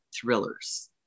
thrillers